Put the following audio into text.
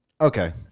Okay